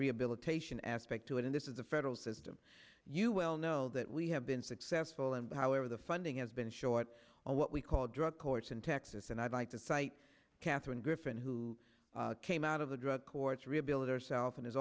rehabilitation aspect to it and this is a federal system you well know that we have been successful and however the funding has been short on what we call drug courts in texas and i'd like to cite catherine griffin who came out of the drug courts rehabilitate herself and is